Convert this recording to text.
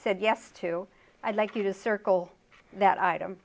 said yes to i'd like you to circle that item